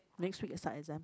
next week they start exam